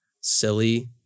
silly